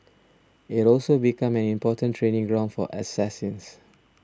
it also become an important training ground for assassins